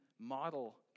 model